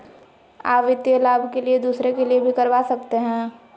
आ वित्तीय लाभ के लिए दूसरे के लिए भी करवा सकते हैं?